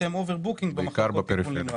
להם אובר בוקינג במחלקות לטיפול נמרץ.